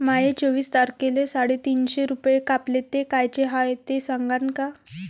माये चोवीस तारखेले साडेतीनशे रूपे कापले, ते कायचे हाय ते सांगान का?